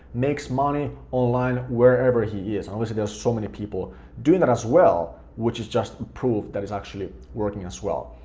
makes money online wherever he is, obviously there's so many people doing that as well, which is just proof that it's actually working as well.